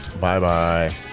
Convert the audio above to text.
Bye-bye